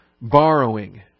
borrowing